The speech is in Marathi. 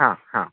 हा हा